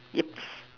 ya